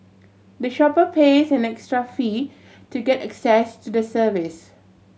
the shopper pays an extra fee to get access to the service